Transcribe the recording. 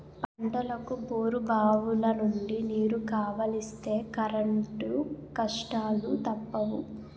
పంటలకు బోరుబావులనుండి నీరు కావలిస్తే కరెంటు కష్టాలూ తప్పవు